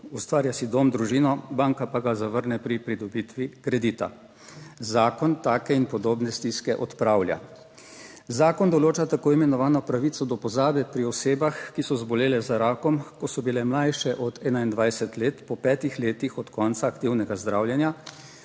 ustvarja si dom, družino, banka pa ga zavrne pri pridobitvi kredita. Zakon take in podobne stiske odpravlja. Zakon določa tako imenovano pravico do pozabe pri osebah, ki so zbolele za rakom, ko so bile mlajše od 21 let, po petih letih od konca aktivnega zdravljenja